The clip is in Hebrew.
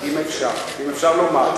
אם אפשר לומר.